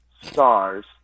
stars